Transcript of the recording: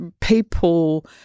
People